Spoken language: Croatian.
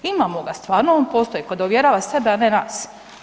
Imamo ga, stvarno on postoji, kao da uvjerava sebe, a ne nas.